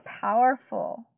powerful